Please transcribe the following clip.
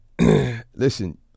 listen